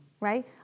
right